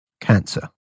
cancer